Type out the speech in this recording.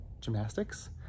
gymnastics